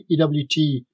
EWT